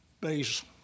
base